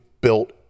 built